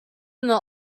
not